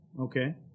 okay